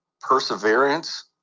perseverance